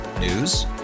News